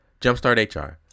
Jumpstart-hr